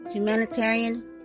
Humanitarian